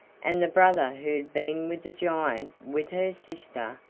and the brother who had been with the giant with her sister.